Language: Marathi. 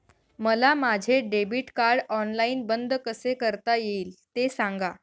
मला माझे डेबिट कार्ड ऑनलाईन बंद कसे करता येईल, ते सांगा